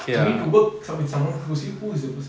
you need to work with someone closely who is the person